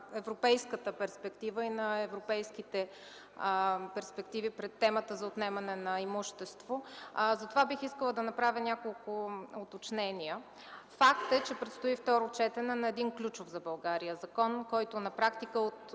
европейската перспектива и на европейските перспективи пред темата за отнемане на имущество. Затова бих искала да направя няколко уточнения. Факт е, че предстои второ четене на един ключов за България закон, който на практика